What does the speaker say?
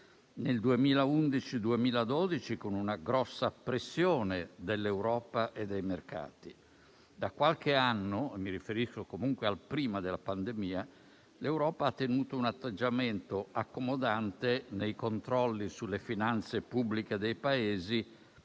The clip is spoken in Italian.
nel 2011-2012 con una grossa pressione dell'Europa e dei mercati. Da qualche anno, mi riferisco comunque a prima della pandemia, l'Europa ha tenuto un atteggiamento accomodante nei controlli sulle finanze pubbliche dei Paesi